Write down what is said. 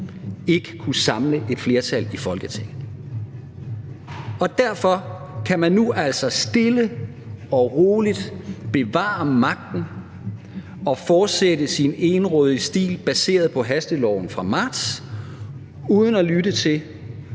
ikke kan samle et flertal i Folketinget. Derfor kan man nu altså stille og roligt bevare magten og fortsætte sin egenrådige stil baseret på hasteloven fra marts uden at lytte til